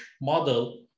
model